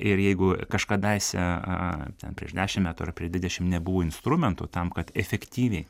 ir jeigu kažkadaise a a ten prieš dešim metų ar prieš dvidešim nebuvo instrumentų tam kad efektyviai